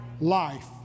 life